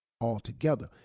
altogether